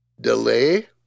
delay